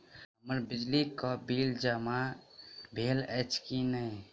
हम्मर बिजली कऽ बिल जमा भेल अछि की नहि?